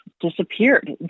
disappeared